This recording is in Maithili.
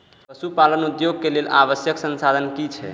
पशु पालन उद्योग के लेल उपयुक्त संसाधन की छै?